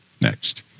Next